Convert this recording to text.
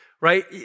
right